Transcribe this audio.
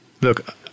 Look